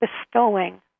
bestowing